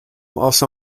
also